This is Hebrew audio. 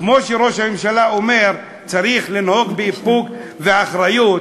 כמו שראש הממשלה אומר: צריך לנהוג באיפוק ואחריות,